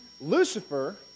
Lucifer